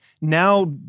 now